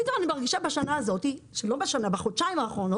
ופתאום אני מרגישה בחודשייים האחרונים